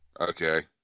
okay